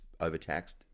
overtaxed